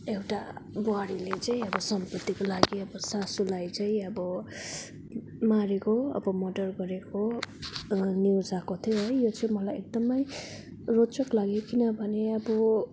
एउटा बुहारीले चाहिँ अब सम्पतिको लागि अब सासूलाई चाहिँ अब मारेको अब मर्डर गरेको अ न्युज आएको त्यो है यो चाहिँ मलाई एकदमै रोचक लाग्यो किनभने अब